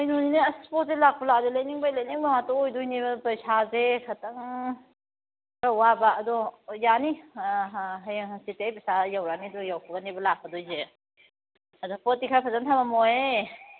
ꯀꯩꯅꯣꯅꯤꯗ ꯑꯁ ꯄꯣꯠꯁꯦ ꯂꯥꯛꯄꯨ ꯂꯥꯛꯑꯗꯤ ꯂꯩꯅꯤꯡꯕꯩ ꯂꯩꯅꯤꯡꯕ ꯉꯥꯛꯇ ꯑꯣꯏꯗꯣꯏꯅꯦꯕ ꯄꯩꯁꯥꯁꯦ ꯈꯇꯪ ꯈꯔ ꯋꯥꯕ ꯑꯗꯣ ꯌꯥꯅꯤ ꯍꯌꯦꯡ ꯍꯥꯡꯁꯤꯠꯇꯤ ꯑꯩ ꯄꯩꯁꯥ ꯌꯧꯔꯛꯑꯅꯤ ꯑꯗꯨ ꯌꯧꯔꯛꯄꯒꯅꯦꯕ ꯂꯥꯛꯇꯣꯏꯁꯦ ꯑꯗꯣ ꯄꯣꯠꯇꯤ ꯈꯔ ꯐꯖ ꯊꯝꯃꯝꯃꯣꯍꯦ